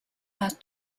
had